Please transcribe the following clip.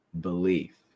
belief